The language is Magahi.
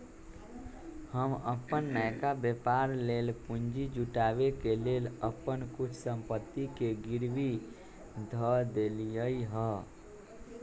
हम अप्पन नयका व्यापर लेल पूंजी जुटाबे के लेल अप्पन कुछ संपत्ति के गिरवी ध देलियइ ह